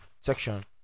section